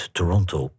Toronto